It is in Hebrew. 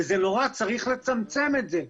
וזה נורא, צריך לצמצם את זה.